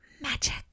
magic